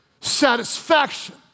satisfaction